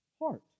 heart